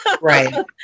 right